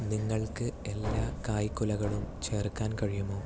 നിങ്ങൾക്ക് എല്ലാ കായ്ക്കുലകളും ചേർക്കാൻ കഴിയുമോ